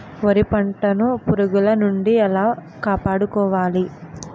వరి పంటను పురుగుల నుండి ఎలా కాపాడుకోవాలి?